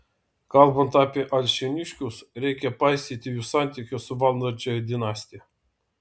kalbant apie alšėniškius reikia paisyti jų santykio su valdančiąja dinastija